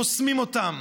חוסמים אותם.